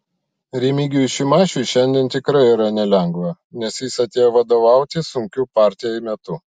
remigijui šimašiui šiandien tikrai yra nelengva nes jis atėjo vadovauti sunkiu partijai metu